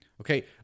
Okay